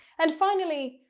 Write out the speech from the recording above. and finally,